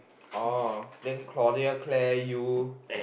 oh then Claudia Claire you